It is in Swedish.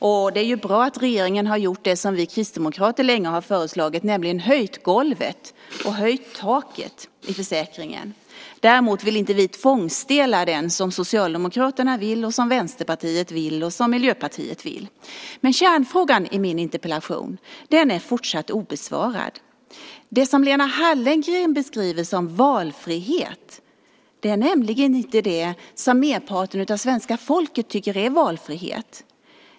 Och det är bra att regeringen har gjort det som vi kristdemokrater länge har föreslagit, nämligen höjt golvet och taket i försäkringen. Däremot vill vi inte tvångsdela den som Socialdemokraterna, Vänsterpartiet och Miljöpartiet vill. Men kärnfrågan i min interpellation är fortsatt obesvarad. Det som Lena Hallengren beskriver som valfrihet är nämligen inte det som merparten av svenska folket tycker är valfrihet.